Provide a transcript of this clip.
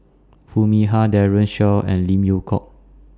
Foo Mee Har Daren Shiau and Lim Yew Hock